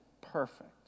perfect